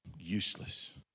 useless